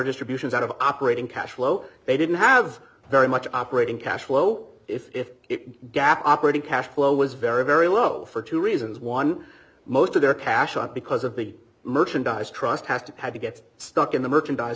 distributions out of operating cash flow they didn't have very much operating cash flow if it gap operating cash flow was very very low for two reasons one most of their cash because of the merchandise trust has to have to get stuck in the merchandise